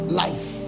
life